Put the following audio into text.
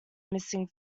missing